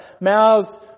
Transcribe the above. mouths